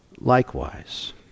likewise